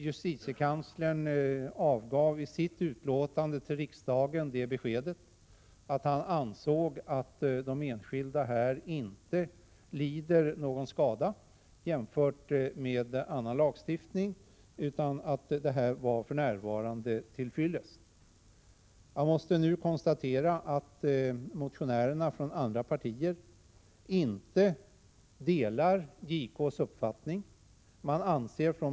Justitiekanslern gav i sitt utlåtande till riksdagen det beskedet att han ansåg att de enskilda här inte lider någon skada, jämfört med vad som gäller vid annan lagstiftning, utan att den ordning som för närvarande gäller är till fyllest. Jag måste nu konstatera att motionärerna från andra partier inte delar JK:s uppfattning.